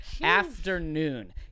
afternoon